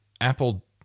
Apple